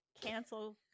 cancel